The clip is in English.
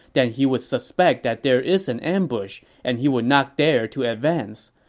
then he would suspect that there is an ambush, and he would not dare to advance.